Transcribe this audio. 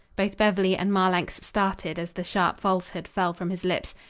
both beverly and marlanx started as the sharp falsehood fell from his lips.